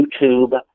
YouTube